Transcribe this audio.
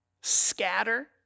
scatter